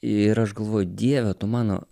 ir aš galvojau dieve tu mano